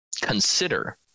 consider